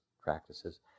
practices